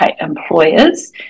employers